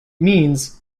means